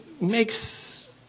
makes